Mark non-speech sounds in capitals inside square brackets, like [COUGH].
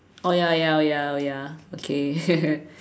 oh ya ya oh ya oh ya okay [LAUGHS]